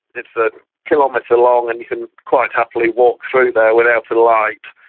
it's a kilometre long and you can quite happily walk through there without a light.